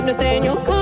Nathaniel